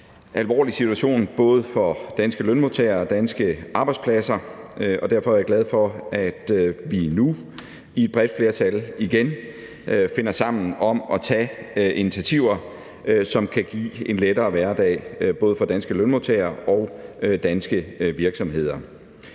alvorlig situation, både for danske lønmodtagere og danske arbejdspladser, og derfor er jeg glad for, at vi nu med et bredt flertal igen finder sammen om at tage initiativer, som kan give en lettere hverdag, både for danske lønmodtagere og danske virksomheder.